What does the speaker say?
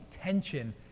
tension